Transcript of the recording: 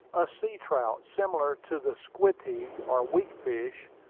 a sea-trout, similar to the squeteague or weakfish,